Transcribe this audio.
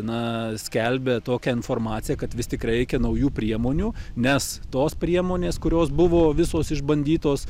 na skelbia tokią informaciją kad vis tik reikia naujų priemonių nes tos priemonės kurios buvo visos išbandytos